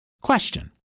Question